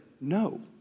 no